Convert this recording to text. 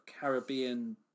Caribbean